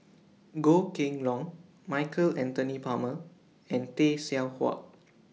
Goh Kheng Long Michael Anthony Palmer and Tay Seow Huah